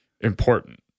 important